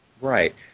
Right